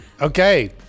Okay